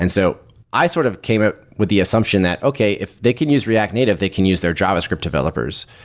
and so i sort of came up with the assumption that, okay, if they can use react native, they can use their javascript developers,